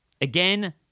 Again